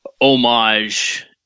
homage